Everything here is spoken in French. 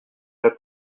déjà